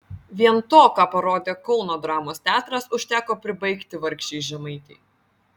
vien to ką parodė kauno dramos teatras užteko pribaigti vargšei žemaitei